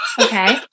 Okay